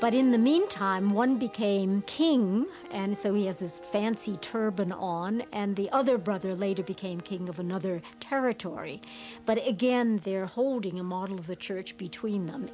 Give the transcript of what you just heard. but in the meantime one became king and so he has his fancy turban on and the other brother later became king of another territory but again they're holding a model of the church between them